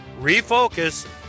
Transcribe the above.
refocus